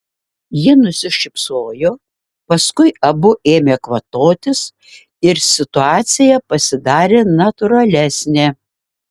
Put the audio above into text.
ji nusišypsojo paskui abu ėmė kvatotis ir situacija pasidarė natūralesnė